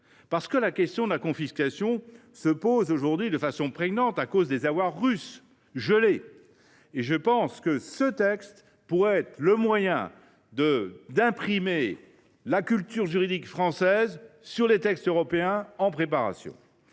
effet, la question de la confiscation se pose de façon prégnante à cause des avoirs russes gelés. Ce texte pourrait être le moyen d’imprimer la culture juridique française aux textes européens en préparation.